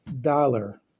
Dollar